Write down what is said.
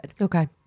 Okay